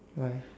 why